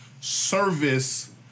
service